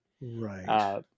Right